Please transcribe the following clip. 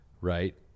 right